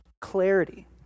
clarity